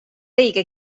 õige